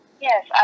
Yes